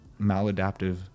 maladaptive